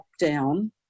lockdown